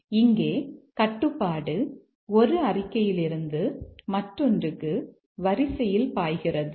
இங்கே கட்டுப்பாடு ஒரு அறிக்கையிலிருந்து மற்றொன்றுக்கு வரிசையில் பாய்கிறது